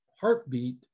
heartbeat